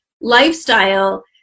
lifestyle